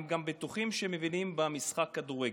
אלא הם בטוחים שהם מבינים גם במשחק הכדורגל.